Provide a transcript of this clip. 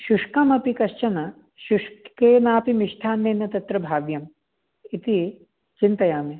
शुष्कमपि कश्चन शुष्केनापि मिष्टान्नेन तत्र भाव्यम् इति चिन्तयामि